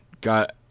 got